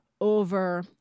over